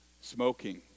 Smoking